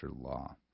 Law